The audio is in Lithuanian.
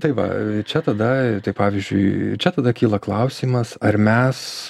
tai va čia tada tai pavyzdžiui čia tada kyla klausimas ar mes